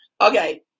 Okay